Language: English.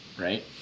right